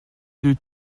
deux